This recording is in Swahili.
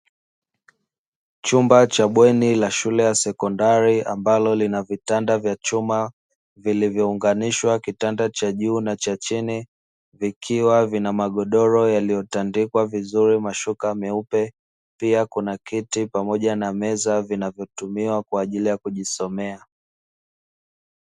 Chumba cha bweni la shule ya sekondari, ambalo lina vitanda vya chuma, vilivyounganishwa kitanda cha juu na cha chini. Vikiwa vina magodoro yaliyotandikwa vizuri mashuka meupe, pia kuna kiti pamoja na meza, vinavyotumiwa kwa ajili ya kujisomea.